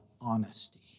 honesty